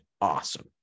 awesome